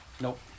Nope